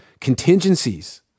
contingencies